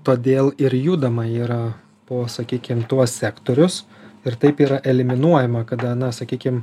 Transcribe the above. todėl ir judama yra po sakykim tuos sektorius ir taip yra eliminuojama kada na sakykim